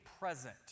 present